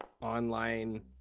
online